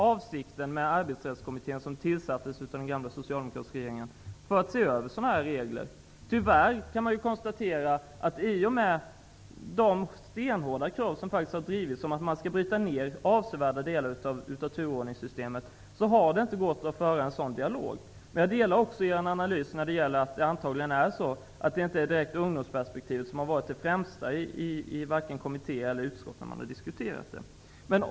Avsikten med Arbetsrättskommittén, som den gamla socialdemokratiska regeringen tillsatte, var att den skulle se över regler av den här typen. I och med de stenhårda krav som har ställts på att man skall bryta ner avsevärda delar av turordningssystemet har det tyvärr inte gått att föra en sådan dialog. Jag instämmer i er analys när det gäller att det antagligen inte är ungdomsperspektivet som har varit det främsta, vare sig i kommitté eller utskott.